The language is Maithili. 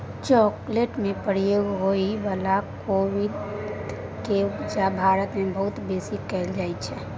चॉकलेट में प्रयोग होइ बला कोविंद केर उपजा भारत मे बहुत बेसी कएल जाइ छै